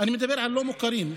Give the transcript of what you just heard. אני מדבר על הלא-מוכרים,